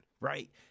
right